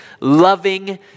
loving